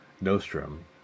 Nostrum